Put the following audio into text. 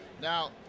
Now